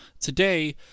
today